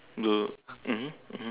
the mmhmm mmhmm